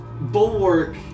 Bulwark